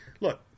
Look